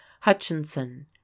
Hutchinson